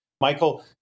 Michael